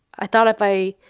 i thought if i,